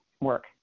work